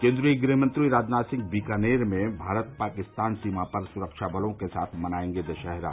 केन्द्रीय गृह मंत्री राजनाथ सिंह बीकानेर में भारत पाकिस्तान सीमा पर सुरक्षा बलों के साथ मनायेंगे दशहरा